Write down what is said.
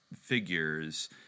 figures